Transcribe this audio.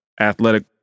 athletic